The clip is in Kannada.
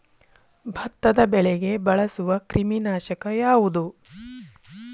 ಭತ್ತದ ಬೆಳೆಗೆ ಬಳಸುವ ಕ್ರಿಮಿ ನಾಶಕ ಯಾವುದು?